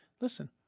listen